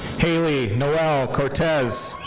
haylee noel cortez.